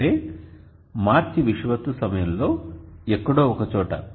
అంటే మార్చి విషువత్తు సమయంలో ఎక్కడో ఒక చోట